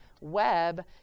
web